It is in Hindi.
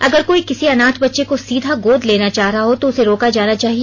अगर कोई किसी अनाथ बच्चे को सीधा गोद लेना चाह रहा हो तो उसे रोका जाना चाहिए